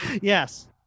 Yes